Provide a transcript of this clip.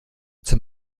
zum